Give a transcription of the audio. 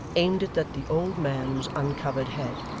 aimed it at the old man's uncovered head.